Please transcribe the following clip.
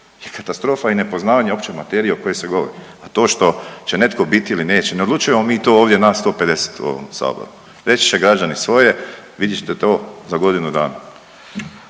je katastrofa i nepoznavanje opće materije o kojoj se govori, a to što će netko biti ili neće, ne odlučujemo mi to ovdje nas 150 u ovom Saboru. Reći će građani svoje, vidjet ćete to za godinu dana.